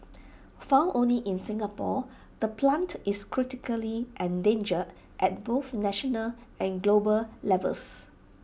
found only in Singapore the plant is critically endangered at both national and global levels